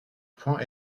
points